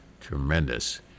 Tremendous